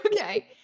okay